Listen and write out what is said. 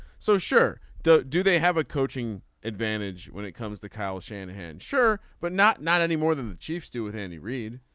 so sure. do they have a coaching advantage when it comes to kyle shanahan. sure. but not not any more than the chiefs do with any reid.